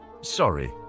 Sorry